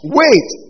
wait